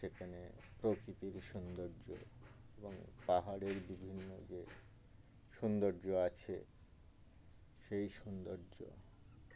সেখানে প্রকৃতির সৌন্দর্য এবং পাহাড়ের বিভিন্ন যে সৌন্দর্য আছে সেই সৌন্দর্য